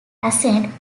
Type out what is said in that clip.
accent